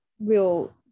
real